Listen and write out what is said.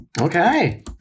Okay